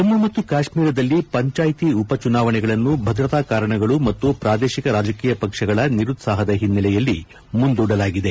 ಜಮ್ನು ಮತ್ತು ಕಾಶ್ಮೀರದಲ್ಲಿ ಪಂಚಾಯತಿ ಉಪಚುನಾವಣೆಗಳನ್ನು ಭದ್ರತಾ ಕಾರಣಗಳು ಮತ್ತು ಪ್ರಾದೇಶಿಕ ರಾಜಕೀಯ ಪಕ್ಷಗಳ ನಿರುತ್ತಾಹದ ಹಿನ್ನೆಲೆಯಲ್ಲಿ ಮುಂದೂಡಲಾಗಿದೆ